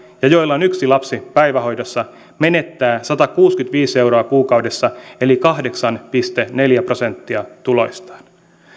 ja jolla on yksi lapsi päivähoidossa menettää satakuusikymmentäviisi euroa kuukaudessa eli kahdeksan pilkku neljä prosenttia tuloistaan